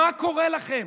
מה קורה לכם?